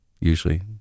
usually